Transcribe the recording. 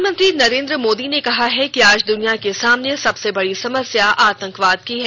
प्रधानमंत्री नरेंद्र मोदी ने कहा है कि आज दुनिया के सामने सबसे बड़ी समस्या आतंकवाद की है